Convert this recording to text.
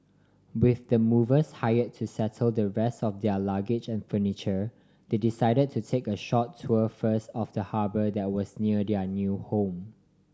with the movers hire to settle the rest of their luggage and furniture they decided to take a short tour first of the harbour that was near their new home